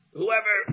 whoever